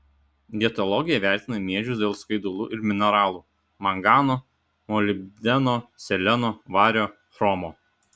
dietologai vertina miežius dėl skaidulų ir mineralų mangano molibdeno seleno vario chromo